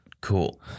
cool